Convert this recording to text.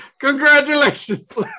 Congratulations